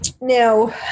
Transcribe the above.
Now